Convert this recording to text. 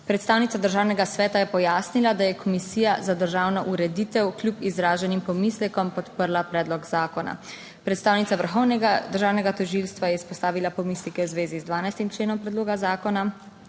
Predstavnica Državnega sveta je pojasnila, da je Komisija za državno ureditev kljub izraženim pomislekom podprla predlog zakona. Predstavnica Vrhovnega državnega tožilstva je izpostavila pomisleke v zvezi z 12. členom predloga zakona.